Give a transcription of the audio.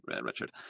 richard